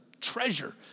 treasure